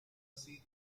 así